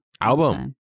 Album